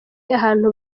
ahantu